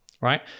right